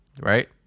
right